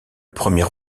premier